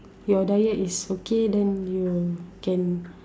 your diet is okay then you can